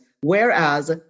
Whereas